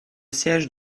siège